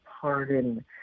pardon